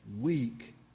weak